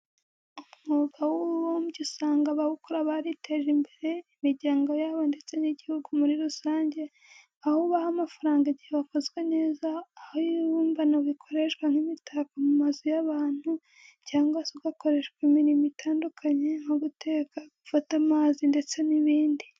Umwuga w'ububumbyi usanga abawukora bariteje imbere, imiryango yabo ndetse n'igihugu muri rusange, aho ubaha amafaranga igihe wakozwe neza aho ibibumbano bikoreshwa nk'imitako mu mazu y'abantu, cyangwa se ugakoreshwa imirimo itandukanye nko guteka, gufata amazi ndetse n'ibindi.